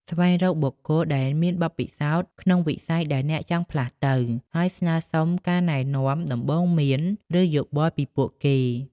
ស្វែងរកបុគ្គលដែលមានបទពិសោធន៍ក្នុងវិស័យដែលអ្នកចង់ផ្លាស់ទៅ ហើយស្នើសុំការណែនាំ ដំបូន្មាន ឬយោបល់ពីពួកគេ។